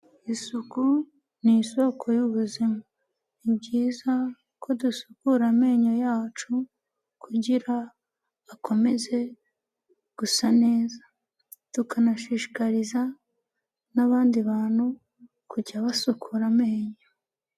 Isuku ni isoko y'ubuzima. Ni byiza ko dusukura amenyo yacu kugira akomeze gusa neza, tukanashishikariza n'abandi bantu kujya basukura amenyo.